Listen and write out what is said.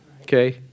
okay